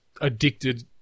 addicted